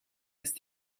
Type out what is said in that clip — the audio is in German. ist